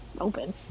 open